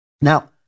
now